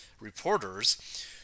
reporters